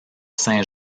saint